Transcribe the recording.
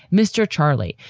mr. charlie,